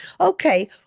Okay